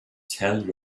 tell